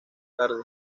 tarde